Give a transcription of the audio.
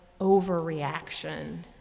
overreaction